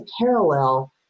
parallel